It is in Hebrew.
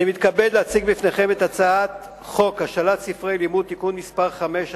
אני מתכבד להציג בפניכם את הצעת חוק השאלת ספרי לימוד (תיקון מס' 5),